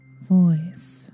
voice